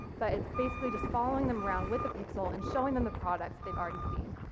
but it's basically just following them around with a pixel and showing them the products they've already seen.